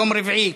יום רביעי,